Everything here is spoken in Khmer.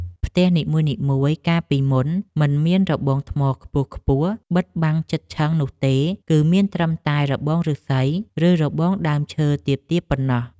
ផ្ទះនីមួយៗកាលពីមុនមិនមានរបងថ្មខ្ពស់ៗបិទបាំងជិតឈឹងនោះទេ គឺមានត្រឹមតែរបងឫស្សីឬរបងដើមឈើទាបៗប៉ុណ្ណោះ។